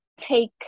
take